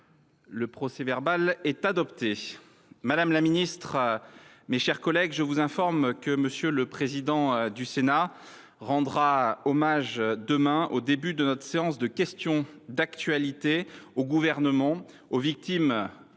Le procès verbal est adopté. Mes chers collègues, je vous informe que M. le président du Sénat rendra hommage demain, au début de notre séance de questions d’actualité au Gouvernement, aux victimes